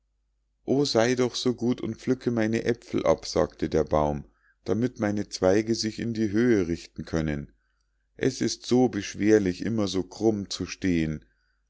o sei doch so gut und pflücke meine äpfel ab sagte der baum damit meine zweige sich in die höhe richten können es ist so beschwerlich immer so krumm zu stehen